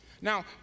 Now